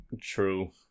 True